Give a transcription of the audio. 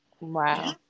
wow